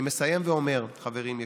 אני מסיים ואומר, חברים יקרים,